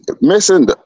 missing